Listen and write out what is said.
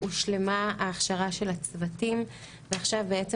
הושלמה ההכשרה של הצוותים ועכשיו בעצם